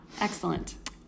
Excellent